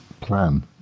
plan